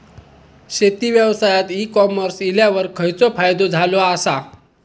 शेती व्यवसायात e commerce इल्यावर खयचो फायदो झालो आसा?